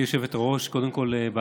גברתי היושבת-ראש, קודם כול, בהצלחה.